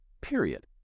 Period